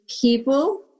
people